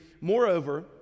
Moreover